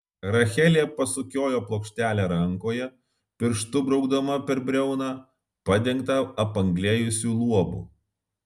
rachelė pasukiojo plokštelę rankoje pirštu braukdama per briauną padengtą apanglėjusiu luobu